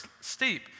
steep